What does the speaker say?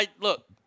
look